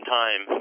time